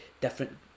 different